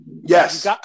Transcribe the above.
Yes